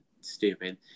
stupid